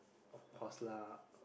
of course lah